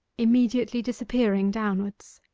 immediately disappearing downwards.